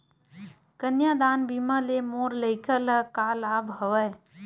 कन्यादान बीमा ले मोर लइका ल का लाभ हवय?